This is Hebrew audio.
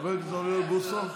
חבר הכנסת אוריאל בוסו.